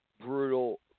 brutal